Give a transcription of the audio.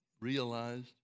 realized